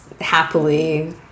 happily